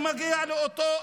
מגיע לו אותו דבר.